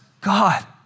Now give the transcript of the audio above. God